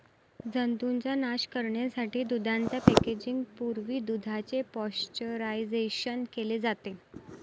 जंतूंचा नाश करण्यासाठी दुधाच्या पॅकेजिंग पूर्वी दुधाचे पाश्चरायझेशन केले जाते